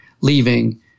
Leaving